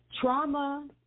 Trauma